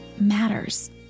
matters